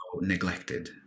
neglected